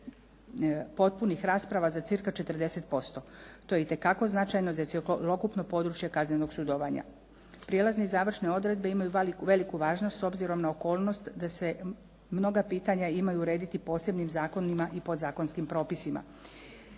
potpunih rasprava za cirka 40%. To je itekako značajno za cjelokupno područje kaznenog sudovanja. Prijelazne i završne odredbe imaju veliku važnost s obzirom na okolnost da se mnoga pitanja imaju urediti posebnim zakonima i podzakonskim propisima.